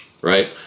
right